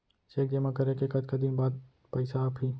Cheque जेमा करें के कतका दिन बाद पइसा आप ही?